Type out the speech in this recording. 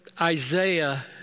Isaiah